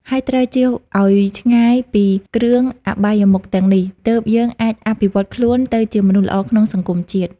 ហើយត្រូវចៀសឲ្យឆ្ងាយពីគ្រឿអបាយមុខទាំងនេះ ទើបយើងអាចអភិវឌ្ឍខ្លួនទៅជាមនុស្សល្អក្នុងសង្គមជាតិ។